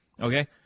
Okay